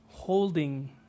Holding